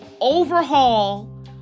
overhaul